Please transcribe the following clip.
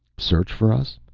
search for us?